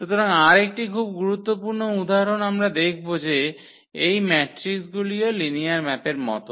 সুতরাং আর একটি খুব গুরুত্বপূর্ণ উদাহরণ আমরা দেখব যে এই ম্যাট্রিকগুলিও লিনিয়ার ম্যাপের মতো